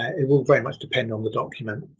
it will very much depend on the document.